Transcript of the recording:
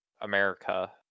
America